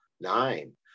nine